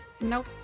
Nope